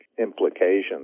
implications